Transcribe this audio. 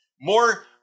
More